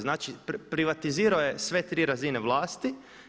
Znači privatizirao je sve tri razine vlasti.